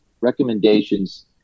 recommendations